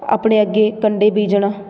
ਆਪਣੇ ਅੱਗੇ ਕੰਢੇ ਬੀਜਣਾ